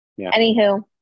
Anywho